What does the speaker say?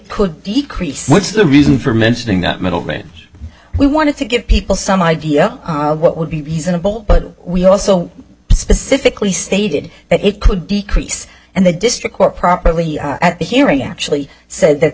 could decrease the reason for mentioning that middle range we wanted to give people some idea of what would be reasonable but we also specifically stated that it could decrease and the district court properly at the hearing actually said that